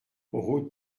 route